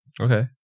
okay